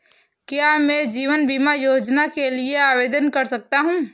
क्या मैं जीवन बीमा योजना के लिए आवेदन कर सकता हूँ?